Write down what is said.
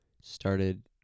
started